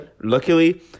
Luckily